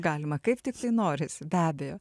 galima kaip tik tai norisi be abejo